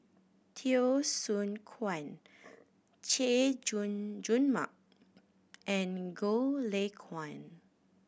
Teo Soon Chuan Chay Jung Jun Mark and Goh Lay Kuan